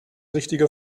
richtige